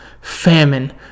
famine